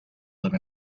live